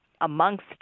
amongst